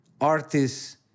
artists